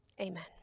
Amen